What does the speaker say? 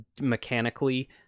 mechanically